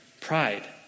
pride